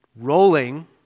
rolling